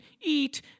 eat